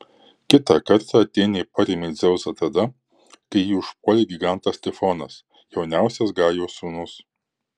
kitą kartą atėnė parėmė dzeusą tada kai jį užpuolė gigantas tifonas jauniausias gajos sūnus